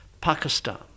Pakistan